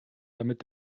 damit